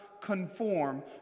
Conform